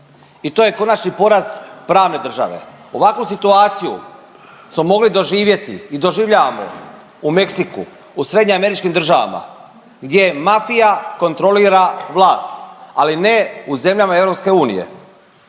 i to je konačni porez pravne države. Ovakvu situaciju smo mogli doživjeti i doživljavamo u Meksiku, u srednjeameričkim državama gdje mafija kontrolira vlast, ali ne u zemljama EU